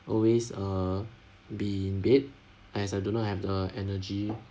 always err be in bed as I do not have the energy